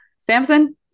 Samson